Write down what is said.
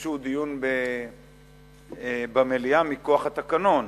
ביקשו דיון במליאה מכוח התקנון.